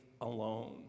alone